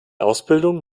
ausbildung